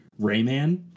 Rayman